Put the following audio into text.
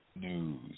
news